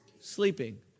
Sleeping